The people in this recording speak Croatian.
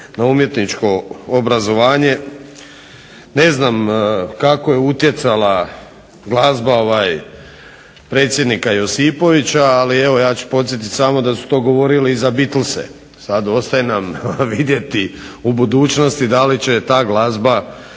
na umjetničko obrazovanje. Ne znam kako je utjecala glazba predsjednika Josipovića, ali evo ja ću podsjetiti samo da su to govorili i za Beatlese. Sad ostaje nam vidjeti u budućnosti da li će ta glazba